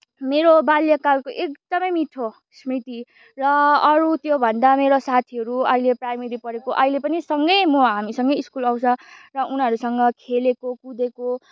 मेरो बाल्यकालको एकदमै मिठो स्मृति र अरू त्योभन्दा मेरो साथीहरूको अहिले प्राइमेरी पढेको अहिले पनि सँगै म हामीसँगै स्कुल आउँछ र उनीहरूसँग खेलेको कुदेको